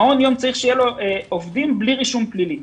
מעון צריך שיהיו לו עובדים בלי רישום פלילי,